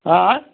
आँ